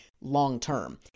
long-term